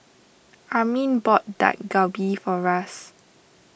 Armin bought Dak Galbi for Ras